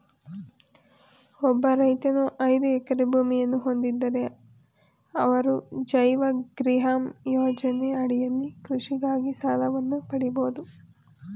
ಒಬ್ಬ ರೈತನು ಐದು ಎಕರೆ ಭೂಮಿಯನ್ನ ಹೊಂದಿದ್ದರೆ ಅವರು ಜೈವ ಗ್ರಿಹಮ್ ಯೋಜನೆ ಅಡಿಯಲ್ಲಿ ಕೃಷಿಗಾಗಿ ಸಾಲವನ್ನು ಪಡಿಬೋದು